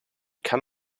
kann